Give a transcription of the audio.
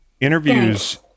interviews